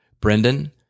Brendan